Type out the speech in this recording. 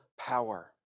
power